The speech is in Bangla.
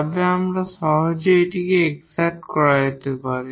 তবে এটি সহজেই এক্সাট করা যেতে পারে